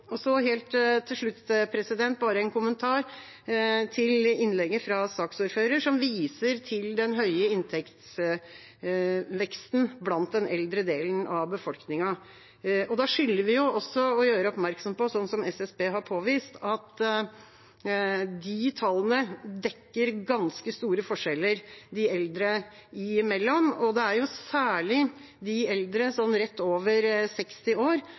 Helt til slutt har jeg bare en kommentar til innlegget fra saksordføreren, som viser til den høye inntektsveksten blant den eldre delen av befolkningen. Da skylder vi også å gjøre oppmerksom på, slik som SSB har påvist, at de tallene dekker ganske store forskjeller de eldre imellom, og det er særlig de eldre rett over 60 år